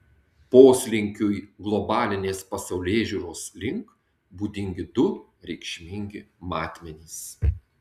poslinkiui globalinės pasaulėžiūros link būdingi du reikšmingi matmenys